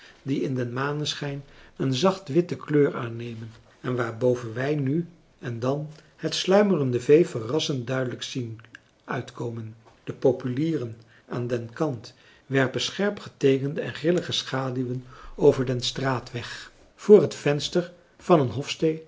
die in den maneschijn een zacht witte kleur aannemen en waarboven wij nu en dan het sluimerende vee verrassend duidelijk zien uitkomen de populieren aan den kant werpen scherpgeteekende en grillige schaduwen over den straatweg voor het venster van een hofstee